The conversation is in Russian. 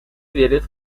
верит